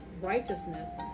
righteousness